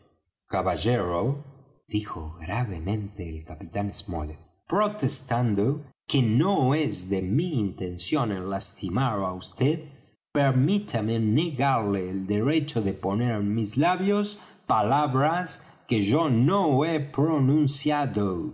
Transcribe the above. caballero dijo gravemente el capitán smollet protestando que no es mi intención el lastimar á vd permítame negarle el derecho de poner en mis labios palabras que yo no he pronunciado